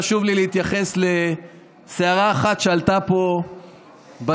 חשוב לי להתייחס לסערה אחת שעלתה פה בתקשורת,